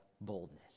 boldness